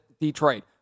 Detroit